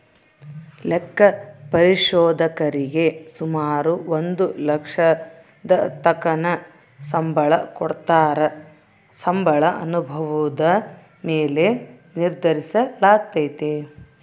ಲೆಕ್ಕ ಪರಿಶೋಧಕರೀಗೆ ಸುಮಾರು ಒಂದು ಲಕ್ಷದತಕನ ಸಂಬಳ ಕೊಡತ್ತಾರ, ಸಂಬಳ ಅನುಭವುದ ಮ್ಯಾಲೆ ನಿರ್ಧರಿಸಲಾಗ್ತತೆ